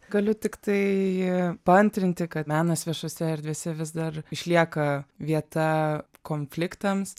galiu tiktai paantrinti kad menas viešose erdvėse vis dar išlieka vieta konfliktams